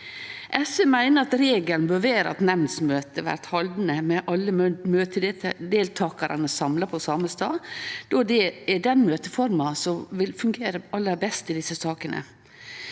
SV meiner at regelen bør vere at nemndmøte blir haldne med alle møtedeltakarane samla på same staden, då det er den møteforma som vil fungere aller best i desse sakene.